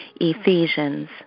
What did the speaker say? Ephesians